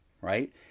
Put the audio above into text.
right